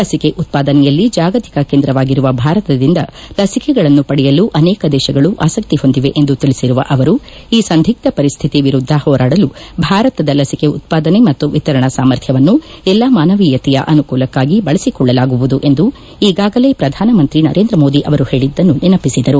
ಲಸಿಕೆ ಉತ್ಪಾದನೆಯಲ್ಲಿ ಜಾಗತಿಕ ಕೇಂದ್ರವಾಗಿರುವ ಭಾರತದಿಂದ ಲಸಿಕೆಗಳನ್ನು ಪಡೆಯಲು ಅನೇಕ ದೇಶಗಳು ಆಸಕ್ತಿ ಹೊಂದಿವೆ ಎಂದು ತಿಳಿಸಿರುವ ಅವರು ಈ ಸಂದಿಗ್ವ ಪರಿಸ್ತಿತಿ ವಿರುದ್ಧ ಹೋರಾಡಲು ಭಾರತದ ಲಸಿಕೆ ಉತ್ಪಾದನೆ ಮತ್ತು ವಿತರಣಾ ಸಾಮರ್ಥ್ಯವನ್ನು ಎಲ್ಲಾ ಮಾನವೀಯತೆಯ ಅನುಕೂಲಕ್ಷಾಗಿ ಬಳಸಿಕೊಳ್ಳಲಾಗುವುದು ಎಂದು ಈಗಾಗಲೇ ಪ್ರಧಾನ ಮಂತ್ರಿ ನರೇಂದ್ರ ಮೋದಿ ಅವರು ಹೇಳಿದ್ದನ್ನು ನೆನಪಿಸಿದರು